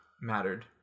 mattered